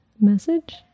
message